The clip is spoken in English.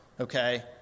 okay